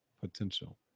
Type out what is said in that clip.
potential